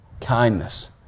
kindness